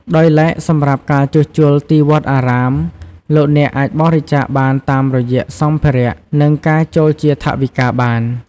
ដោយឡែក សម្រាប់ការជួសជុលទីវត្តអារាម លោកអ្នកអាចបរិច្ចាគបានតាមរយៈសម្ភារៈ និងអាចចូលជាថវិកាបាន។